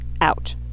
out